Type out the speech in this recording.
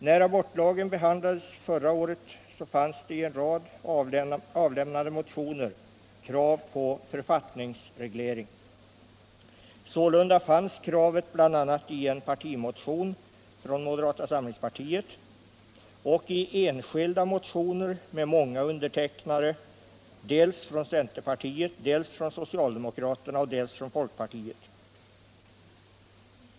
När abortlagen behandlades förra året fanns det i en rad motioner krav på författningsreglering. Sålunda fanns kravet bl.a. i en partimotion från moderata samlingspartiet och i enskilda motioner med många undertecknare dels från centerpartiet, dels från socialdemokraterna och dels från folkpartiet.